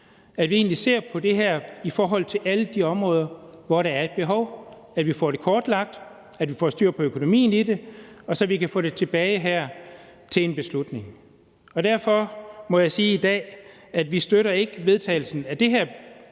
at vi egentlig ser på det her i forhold til alle de områder, hvor der er et behov, at vi får det kortlagt, og at vi får styr på økonomien i det, så vi kan få det tilbage her til en beslutning. Derfor må jeg sige i dag, at vi ikke støtter vedtagelsen af det her